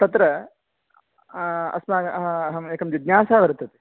तत्र अहम् एकं जिज्ञासा वर्तते